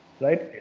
right